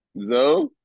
Zoe